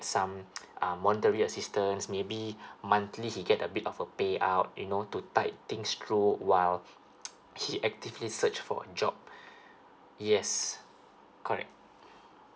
some um orderly assistance maybe monthly he get a bit of a pay out you know to tie things through while he actively search for a job yes correct